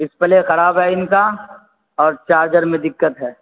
display خراب ہے ان کا اور چارجر میں دکت ہے